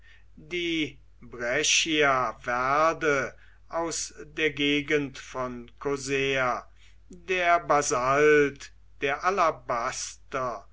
die breccia verde aus der gegend von kosr der basalt der alabaster